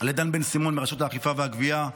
לדן בן סימון מרשות האכיפה והגבייה,